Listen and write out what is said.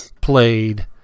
played